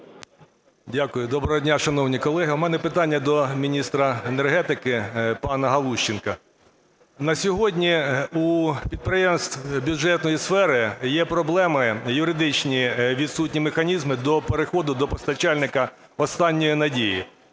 Дякую. Доброго дня, шановні колеги! У мене питання до міністра енергетики пана Галущенка. На сьогодні у підприємств бюджетної сфери є проблеми юридичні: відсутні механізми до переходу до постачальника "останньої надії".